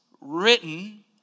written